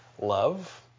love